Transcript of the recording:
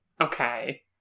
Okay